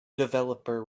developer